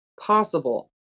possible